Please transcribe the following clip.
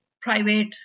private